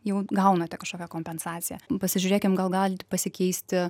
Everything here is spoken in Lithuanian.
jau gaunate kažkokią kompensaciją nu pasižiūrėkim gal galit pasikeisti